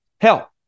Hell